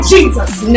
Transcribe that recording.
Jesus